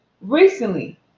Recently